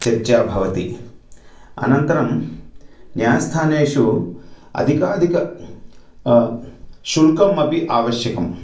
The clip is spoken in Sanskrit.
चर्चा भवति अनन्तरं न्यायस्थानेषु अधिकाधिकं शुल्कम् अपि आवश्यकम्